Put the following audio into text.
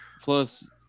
Plus